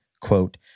quote